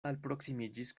alproksimiĝis